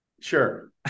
Sure